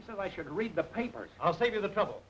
he said i should read the paper i'll save you the trouble